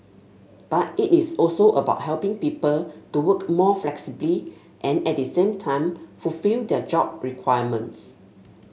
but it is also about helping people to work more flexibly and at the same time fulfil their job requirements